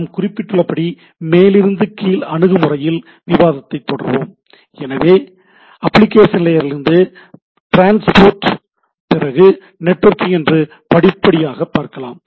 நாம் குறிப்பிட்டுள்ளபடி மேலிருந்து கீழ் அணுகுமுறையில் விவாதத்தைத் தொடருவோம் எனவே அப்ளிகேஷன் லேயரிலிருந்து ட்ரான்ஸ்போர்ட் பிறகு நெட்வொர்க்கிங் என்று படிப்படியாக பார்க்கலாம்